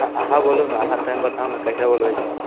अहाँ बोलू ने अहाँ टाइम बताउ ने अहाँ कहिआ बोलबैत छी